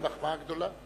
ציוני דגול זה מחמאה גדולה.